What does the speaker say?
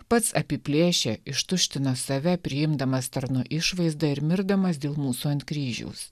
pats apiplėšė ištuštino save priimdamas tarno išvaizdą ir mirdamas dėl mūsų ant kryžiaus